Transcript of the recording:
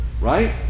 right